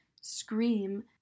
Scream